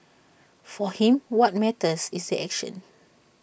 for him what matters is the action